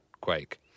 Quake